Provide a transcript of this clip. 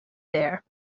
there